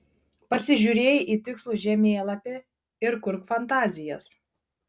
pasižiūrėjai į tikslų žemėlapį ir kurk fantazijas